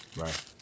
Right